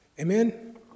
Amen